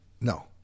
no